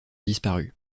disparu